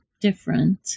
different